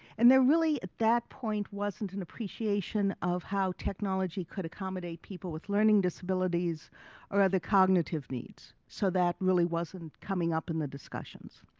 and there really at that point wasn't an appreciation of how technology could accommodate people with learning disabilities or other cognitive needs. so that really wasn't coming up in the discussions.